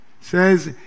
says